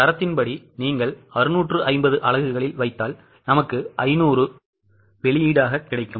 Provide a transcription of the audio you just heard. தரத்தின்படி நீங்கள் 650 அலகுகளில் வைத்தால் 500 வெளியீடு கிடைக்கும்